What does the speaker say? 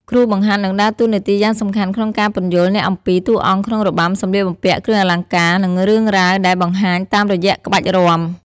គ្រូបង្ហាត់នឹងដើរតួនាទីយ៉ាងសំខាន់ក្នុងការពន្យល់អ្នកអំពី តួអង្គក្នុងរបាំ សម្លៀកបំពាក់ គ្រឿងអលង្ការ និងរឿងរ៉ាវដែលបានបង្ហាញតាមរយៈក្បាច់រាំ។